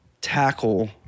tackle